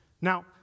Now